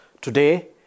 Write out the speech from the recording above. Today